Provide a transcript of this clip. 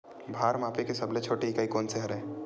भार मापे के सबले छोटे इकाई कोन सा हरे?